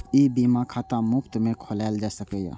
ई बीमा खाता मुफ्त मे खोलाएल जा सकैए